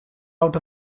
out